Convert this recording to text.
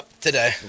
today